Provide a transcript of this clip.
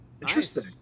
Interesting